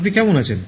আপনি কেমন আছেন